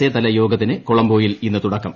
A തല യോഗത്തിന് കൊളംബോയിൽ ഇന്ന് തുടക്കം